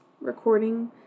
recording